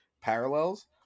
parallels